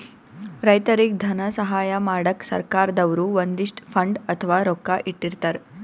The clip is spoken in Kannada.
ರೈತರಿಗ್ ಧನ ಸಹಾಯ ಮಾಡಕ್ಕ್ ಸರ್ಕಾರ್ ದವ್ರು ಒಂದಿಷ್ಟ್ ಫಂಡ್ ಅಥವಾ ರೊಕ್ಕಾ ಇಟ್ಟಿರ್ತರ್